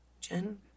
Jen